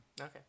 okay